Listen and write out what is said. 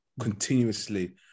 continuously